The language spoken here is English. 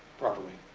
properly.